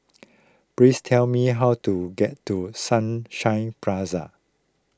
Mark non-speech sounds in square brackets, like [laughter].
please tell me how to get to Sunshine [unintelligible]